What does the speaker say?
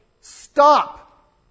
stop